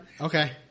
Okay